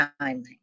timing